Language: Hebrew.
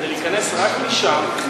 כדי להיכנס רק משם,